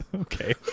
okay